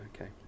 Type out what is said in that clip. okay